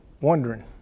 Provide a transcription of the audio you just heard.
wondering